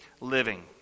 living